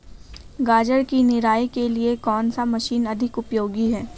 गाजर की निराई के लिए कौन सी मशीन अधिक उपयोगी है?